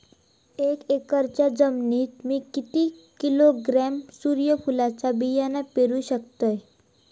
एक एकरच्या जमिनीत मी किती किलोग्रॅम सूर्यफुलचा बियाणा पेरु शकतय?